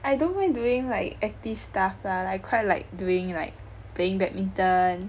I don't mind doing like active stuff lah like I quite like doing like playing badminton